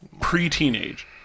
Pre-teenage